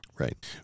Right